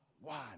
one